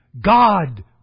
God